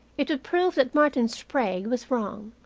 it would prove that martin sprague was wrong,